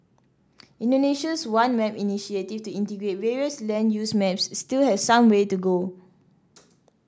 Indonesia's One Map initiative to integrate various land use maps still has some way to go